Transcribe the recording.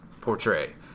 portray